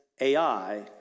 AI